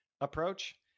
approach